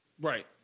Right